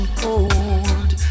cold